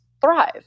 thrive